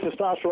testosterone